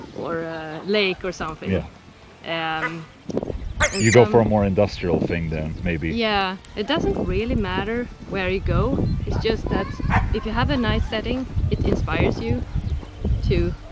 or a lake or something yeah and and you go for a more industrial thing then maybe yeah it doesn't really matter where you go it's just that if you have a nice setting it inspires you to.